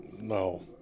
No